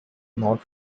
not